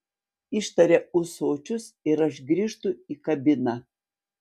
ištaria ūsočius ir aš grįžtu į kabiną